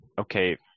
Okay